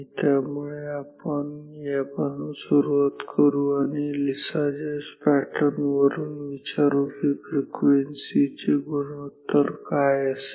त्यामुळे आपण या पासुन सुरुवात करु आणि लिसाजस पॅटर्न वरून विचारू की फ्रिक्वेन्सी चे गुणोत्तर काय असेल